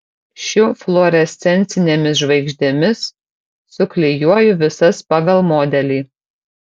šiu fluorescencinėmis žvaigždėmis suklijuoju visas pagal modelį